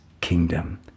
kingdom